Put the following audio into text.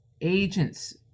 agents